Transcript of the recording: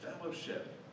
fellowship